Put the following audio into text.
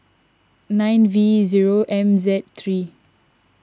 nine V zero M Z three